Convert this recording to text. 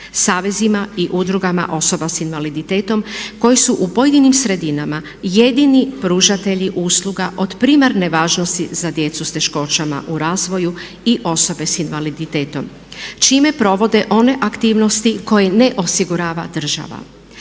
savezima i udrugama osoba s invaliditetom koji su u pojedinim sredinama jedini pružatelji usluga od primarne važnosti za djecu s teškoćama u razvoju i osobe s invaliditetom čime provode one aktivnosti koje ne osigurava država.